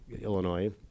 Illinois